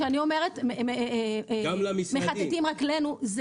כשאני אומרת מכתתים רגלינו,